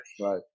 right